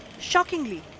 Shockingly